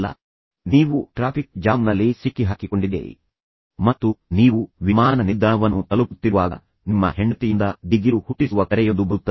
ಆದ್ದರಿಂದ ಅದು ತುಂಬಾ ನಿಧಾನವಾಗಿ ಚಲಿಸುತ್ತಿದೆ ನೀವು ಟ್ರಾಫಿಕ್ ಜಾಮ್ನಲ್ಲಿ ಸಿಕ್ಕಿಹಾಕಿಕೊಂಡಿದ್ದೀರಿ ಮತ್ತು ನೀವು ವಿಮಾನ ನಿಲ್ದಾಣವನ್ನು ತಲುಪುತ್ತಿರುವಾಗ ನಿಮ್ಮ ಹೆಂಡತಿಯಿಂದ ದಿಗಿಲು ಹುಟ್ಟಿಸುವ ಕರೆಯೊಂದು ಬರುತ್ತದೆ